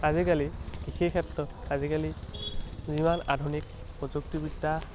আজিকালি কৃষিৰ ক্ষেত্ৰত আজিকালি যিমান আধুনিক প্ৰযুক্তিবিদ্যা